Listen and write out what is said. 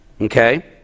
Okay